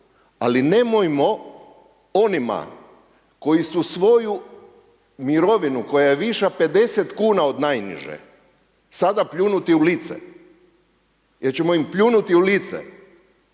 Ali nemojmo onima koji su svoju mirovinu koja je viša 50 kuna od najniže sada pljunuti u lice jer ćemo im pljunuti u lice,